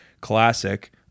classic